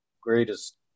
greatest